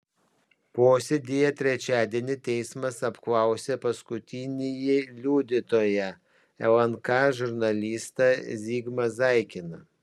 posėdyje trečiadienį teismas apklausė paskutinįjį liudytoją lnk žurnalistą zigmą zaikiną